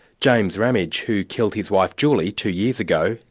james ramage, who killed his wife julie two years ago,